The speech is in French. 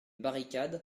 barricade